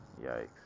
Yikes